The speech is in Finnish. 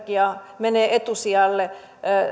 tuotettu energia menee etusijalle